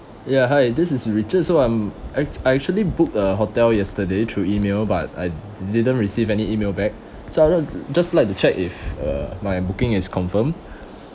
ya hi this is richard so I'm I I actually booked a hotel yesterday through email but I didn't receive any email back so I want just like to check if uh my booking is confirm